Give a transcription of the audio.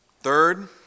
Third